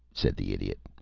said the idiot.